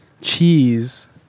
cheese